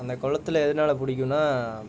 அந்த குளத்துல எதனால் பிடிக்கும்னா